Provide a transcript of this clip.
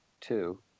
two